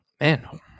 Man